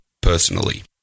personally